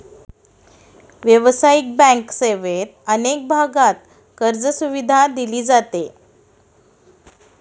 व्यावसायिक बँक सेवेत अनेक भागांत कर्जसुविधा दिली जाते